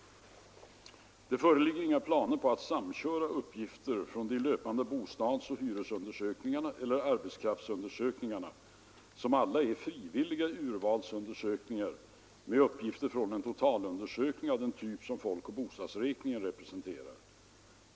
Det föreligger inga planer på att samköra uppgifter från de löpande bostadsoch hyresundersökningarna eller arbetskraftsundersökningarna, som alla är frivilliga urvalsundersökningar, med uppgifter från en totalundersökning av den typ som en folkoch bostadsräkning representerar.